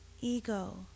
Ego